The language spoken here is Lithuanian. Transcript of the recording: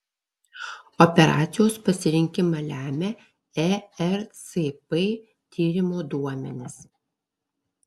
operacijos pasirinkimą lemia ercp tyrimo duomenys